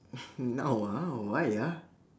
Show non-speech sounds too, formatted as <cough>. <laughs> now ah why ah